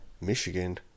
Michigan